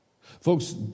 Folks